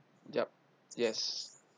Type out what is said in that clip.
yup yes